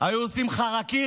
היו עושים חרקירי.